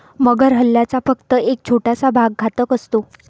मगर हल्ल्याचा फक्त एक छोटासा भाग घातक असतो